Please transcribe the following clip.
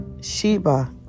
Sheba